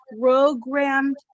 programmed